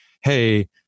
hey